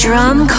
Drum